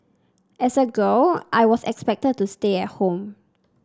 as a girl I was expected to stay at home